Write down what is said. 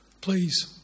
Please